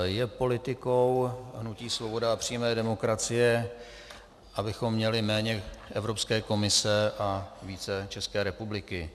Je politikou hnutí Svoboda přímá demokracie, abychom měli méně Evropské komise a více České republiky.